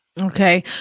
Okay